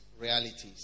realities